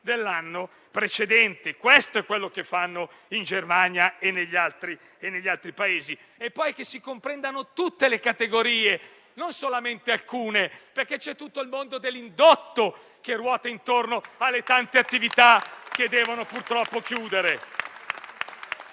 dell'anno precedente. Questo è quello che fanno in Germania e negli altri Paesi. E poi, che si comprendono tutte le categorie, non solamente alcune, perché c'è tutto il mondo dell'indotto che ruota intorno alle tante attività che devono purtroppo chiudere,